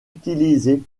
utilisé